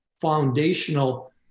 foundational